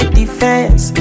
defense